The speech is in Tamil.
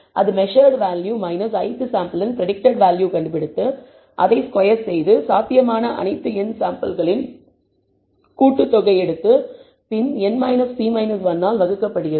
அது மெசர்ட் வேல்யூ ith சாம்பிளின் பிரடிக்டட் வேல்யூ கண்டுபிடித்து அதை ஸ்கொயர் செய்து சாத்தியமான அனைத்து n சாம்பிள்களின் கூட்டுத்தொகை எடுத்து பின் n p 1 ஆல் வகுக்கப்படுகிறது